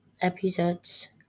episodes